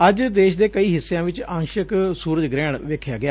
ਅੱਜ ਦੇਸ਼ ਦੇ ਕਈ ਹਿੱਸਿਆਂ ਵਿਚ ਅੰਸ਼ਕ ਸੂਰਜ ਗ੍ਰਹਿਣ ਵੇਖਿਆ ਗਿਆ